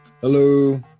Hello